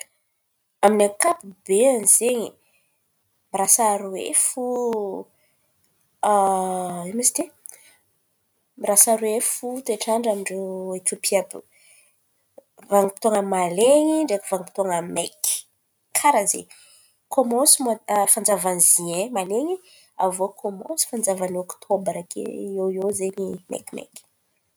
Amy ankapoben’in̈y zeny, mirasa aroe fô. in̈o ma izy ty? Mirasa aroe fô toetrandra, amin-drô Etiôpia àby io. Vanim-potoan̈a ny malen̈y, ndraiky vanim-potoan̈a maiky, karàha ze. Kômansy moà fanjavan’ny zoain maleny. Kômansy fanjavan’ny ôktôbra eo eo io, zen̈y maikimaiky.